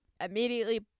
immediately